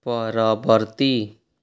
ପରବର୍ତ୍ତୀ